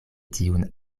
tiun